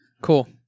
Cool